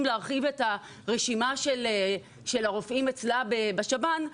להרחיב את הרשימה של הרופאים אצלה בשב"ן,